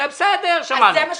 בסדר, שמענו.